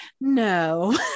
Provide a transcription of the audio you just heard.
no